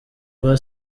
rwa